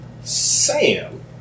Sam